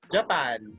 Japan